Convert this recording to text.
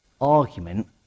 argument